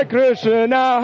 Krishna